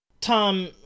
Tom